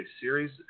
series